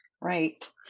right